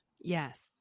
Yes